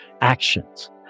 actions